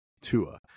Tua